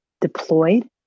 deployed